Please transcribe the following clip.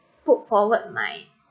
put forward my